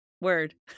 word